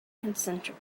concentric